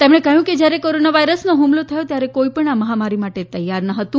તેમણે કહયું કે જયારે કોરોના વાયરસનો ફમલો થયો ત્યારે કોઇપણ આ મહામારી માટે તૈયાર ન હતું